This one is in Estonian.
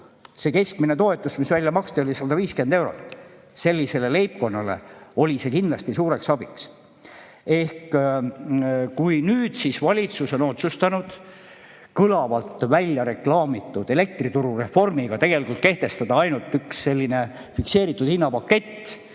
Keskmine toetus, mis välja maksti, oli 150 eurot. Sellistele leibkondadele oli see kindlasti suureks abiks. Ehk kui nüüd valitsus on otsustanud kõlavalt välja reklaamitud elektrituru reformiga tegelikult kehtestada ainult ühe fikseeritud hinnaga paketi,